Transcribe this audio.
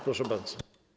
Proszę bardzo.